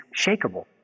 shakable